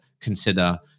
consider